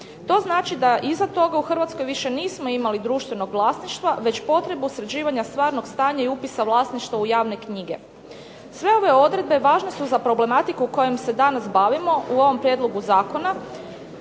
To znači da iza toga u Hrvatskoj više nismo imali društvenog vlasništva već potrebu sređivanja stvarnog stanja i upisa vlasništva u javne knjige. Sve ove odredbe važne su za problematiku kojom se danas bavimo u ovom prijedlogu zakona.